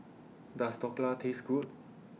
Does Dhokla Taste Good